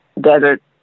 desert